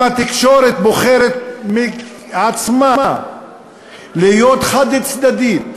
אם התקשורת בוחרת בעצמה להיות חד-צדדית,